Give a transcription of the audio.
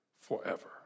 forever